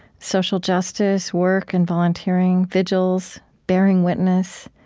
social justice, work and volunteering, vigils, bearing witness,